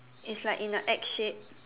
is like in a egg shape